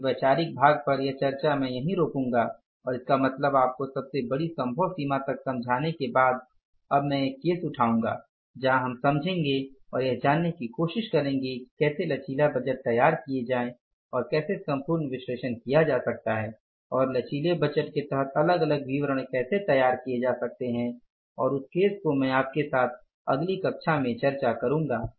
तो इस वैचारिक भाग पर यह चर्चा मैं यहीं रोकूंगा और इसका मतलब आपको सबसे बड़ी संभव सीमा तक समझाने के बाद अब मैं एक केस उठाऊंगा जहां हम समझेंगे और यह जानने की कोशिश करेंगे कि कैसे लचीले बजट तैयार किए जाएं और कैसे संपूर्ण विश्लेषण किया जा सकता है और लचीले बजट के तहत अलग अलग विवरण कैसे तैयार किए जा सकते हैं और उस केस को मैं आपके साथ अगली कक्षा में चर्चा करूंगा